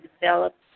developed